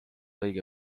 õige